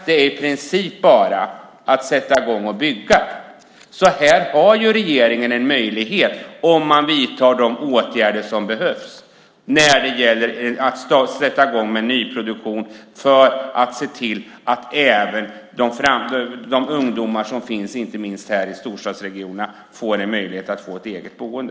Det är i princip bara att sätta i gång och bygga. Här har regeringen en möjlighet om man vidtar de åtgärder som behövs när det gäller att sätta i gång med nyproduktion så att även ungdomar inte minst i storstadsregionerna kan få ett eget boende.